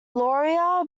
laurier